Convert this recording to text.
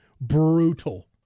brutal